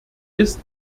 ist